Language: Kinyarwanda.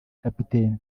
kapiteni